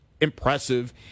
impressive